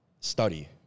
Study